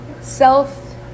self